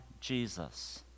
Jesus